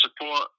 support